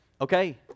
Okay